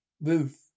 roof